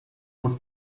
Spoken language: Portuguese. por